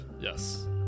yes